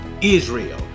Israel